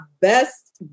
best